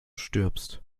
stirbst